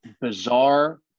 bizarre